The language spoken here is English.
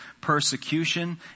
persecution